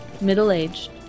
middle-aged